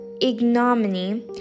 ignominy